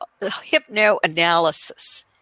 hypnoanalysis